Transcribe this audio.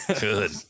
Good